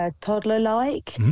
toddler-like